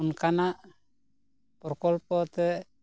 ᱚᱱᱠᱟᱱᱟᱜ ᱯᱨᱚᱠᱚᱞᱯᱚ ᱛᱮ